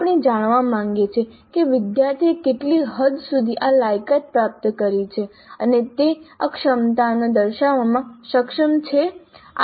આપણે જાણવા માંગીએ છીએ કે વિદ્યાર્થીએ કેટલી હદ સુધી આ લાયકાત પ્રાપ્ત કરી છે અને તે આ ક્ષમતાઓ દર્શાવવામાં સક્ષમ છે